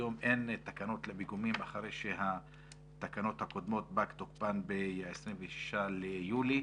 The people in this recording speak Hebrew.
היום אין תקנות לפיגומים אחרי שהתקנות הקודמות פג תוקפן ב-26 ביולי.